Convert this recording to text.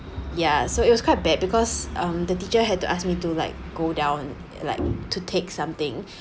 ya so it was quite bad because um the teacher had to ask me to like go down like to take something